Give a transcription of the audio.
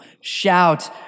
Shout